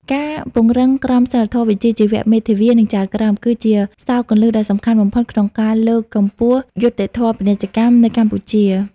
ការពង្រឹងក្រមសីលធម៌វិជ្ជាជីវៈមេធាវី និងចៅក្រម គឺជាសោរគន្លឹះដ៏សំខាន់បំផុតក្នុងការលើកកម្ពស់យុត្តិធម៌ពាណិជ្ជកម្មនៅកម្ពុជា។